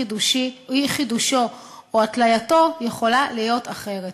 אי-חידושו או התלייתו יכולה להיות אחרת.